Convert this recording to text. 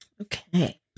Okay